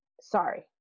sorry